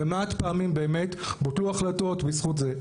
ומעט פעמים באמת בוטלו החלטות בזכות זה,